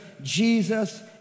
Jesus